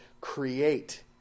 create